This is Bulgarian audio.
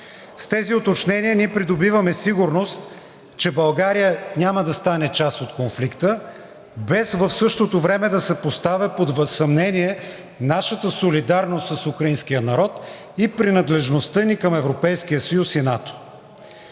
С тези уточнения ние придобиваме сигурност, че България няма да стане част от конфликта и в същото време, без да се поставя под съмнение нашата солидарност с украинския народ и принадлежността ни към Европейския съюз и НАТО.